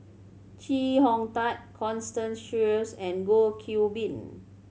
Chee Hong Tat Constance Sheares and Goh Qiu Bin